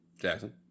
Jackson